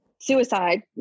suicide